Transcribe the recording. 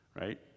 right